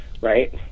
Right